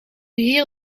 hier